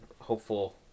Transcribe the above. hopeful